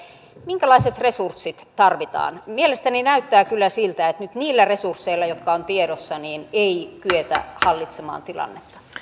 minkälaiset resurssit tarvitaan mielestäni näyttää kyllä siltä että nyt niillä resursseilla jotka ovat tiedossa ei kyetä hallitsemaan tilannetta